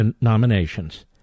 nominations